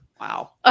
wow